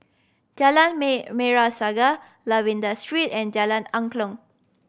Jalan Merah Saga Lavender Street and Jalan Angklong